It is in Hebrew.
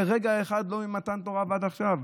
לרגע אחד, לא ממתן תורה ועד עכשיו.